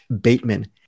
Bateman